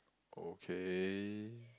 okay